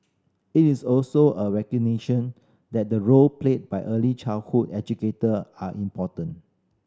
it is also a recognition that the role played by early childhood educator are important